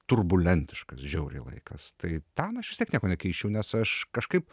turbulentiškas žiauriai laikas tai tam aš vis tiek nieko nekeisčiau nes aš kažkaip